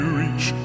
reach